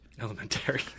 Elementary